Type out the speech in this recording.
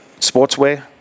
Sportswear